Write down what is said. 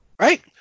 right